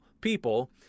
people